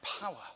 power